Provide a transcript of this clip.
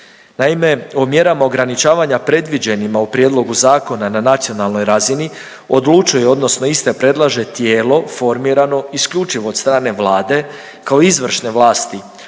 Naime, o mjerama ograničavanja predviđenima u prijedlogu zakona na nacionalnoj razini odlučuje odnosno iste predlaže tijelo formirano isključivo od strane Vlade kao izvršne vlasti,